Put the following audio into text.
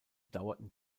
dauerten